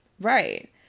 Right